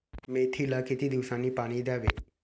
मेथीला किती दिवसांनी पाणी द्यावे?